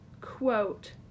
quote